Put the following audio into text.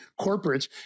corporates